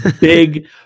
big